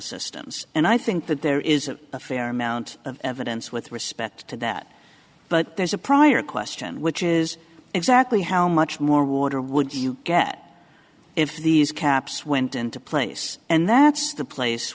ecosystems and i think that there is it a fair amount of evidence with respect to that but there's a prior question which is exactly how much more water would you get if these caps went into place and that's the place